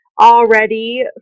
already